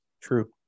True